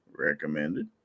recommended